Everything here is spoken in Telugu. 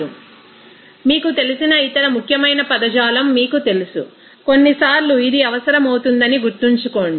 రిఫర్ స్లయిడ్ టైమ్ 1056 మీకు తెలిసిన ఇతర ముఖ్యమైన పదజాలం మీకు తెలుసు కొన్నిసార్లు ఇది అవసరమవుతుందని గుర్తుంచుకోండి